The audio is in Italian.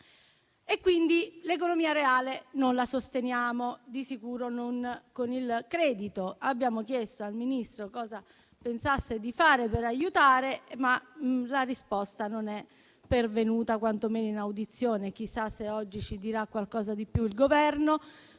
Quindi, l'economia reale non la sosteniamo, di sicuro non con il credito. Abbiamo chiesto al Ministro cosa pensasse di fare per aiutare, ma la risposta non è pervenuta, quantomeno in audizione. Chissà se oggi il Governo ci dirà qualcosa di più.